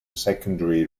secondary